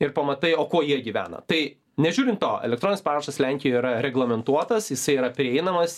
ir pamatai o ko jie gyvena tai nežiūrin to elektroninis parašas lenkijoj yra reglamentuotas jisai yra prieinamas